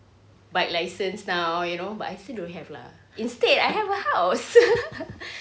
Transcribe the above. bike license now you know but I still don't have lah instead I have a house